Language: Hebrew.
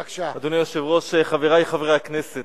אדוני היושב-ראש, חברי חברי הכנסת,